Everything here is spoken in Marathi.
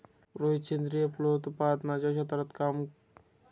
रोहित सेंद्रिय फलोत्पादनाच्या क्षेत्रात उत्तम काम करतो आहे